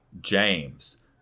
James